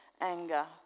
anger